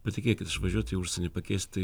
patikėkit išvažiuoti į užsienį pakeisti